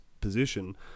position